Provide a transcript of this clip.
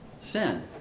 sin